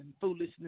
foolishness